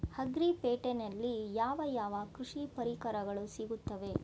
Agri ಪೇಟೆನಲ್ಲಿ ಯಾವ ಯಾವ ಕೃಷಿ ಪರಿಕರಗಳು ಸಿಗುತ್ತವೆ?